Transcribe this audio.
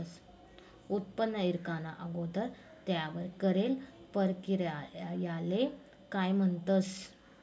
उत्पन्न ईकाना अगोदर त्यावर करेल परकिरयाले काय म्हणतंस?